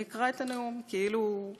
אני אקרא את הנאום כאילו הוא